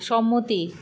সম্মতি